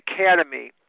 Academy